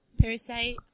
Parasite